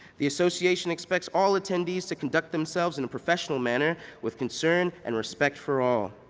the association expects all attend eves to conduct themselves in a professional manner with concern and respect for all.